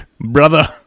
Brother